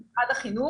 עם משרד החינוך.